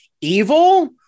evil